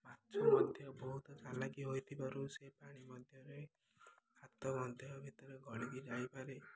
ମାଛ ମଧ୍ୟ ବହୁତ ଚାଲାକି ହୋଇଥିବାରୁ ସେ ପାଣି ମଧ୍ୟରେ ହାତ ମଧ୍ୟ ଭିତରେ ଗଳିକି ଯାଇପାରେ